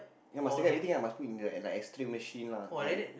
you know must take out everything lah must put in the like X Ray machine lah like